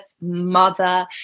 mother